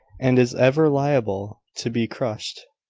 and is ever liable to be crushed.